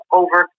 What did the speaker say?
over